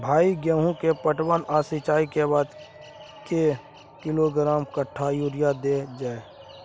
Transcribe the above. भाई गेहूं के पटवन आ सिंचाई के बाद कैए किलोग्राम कट्ठा यूरिया देल जाय?